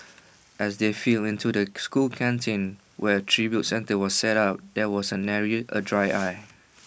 as they filed into the school canteen where A tribute centre was set up there was A nary A dry eye